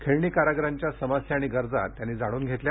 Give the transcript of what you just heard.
खेळणी कारागिरांच्या समस्या आणि गरजा त्यांनी जाणून घेतल्या